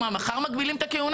מה, מחר מגבילים את הכהונה?